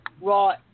right